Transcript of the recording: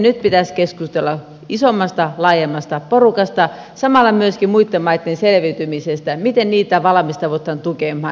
nyt pitäisi keskustella isommasta laajemmasta porukasta samalla myöskin muitten maitten selviytymisestä miten niitä valmistaudutaan tukemaan